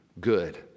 good